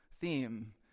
theme